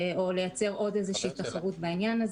או לייצר תחרות בעניין.